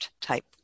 type